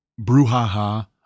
brouhaha